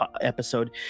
episode